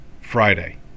Friday